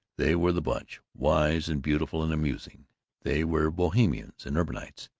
they were the bunch, wise and beautiful and amusing they were bohemians and urbanites,